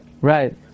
Right